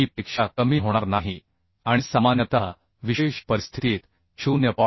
पेक्षा कमी होणार नाही आणि सामान्यतः विशेष परिस्थितीत 0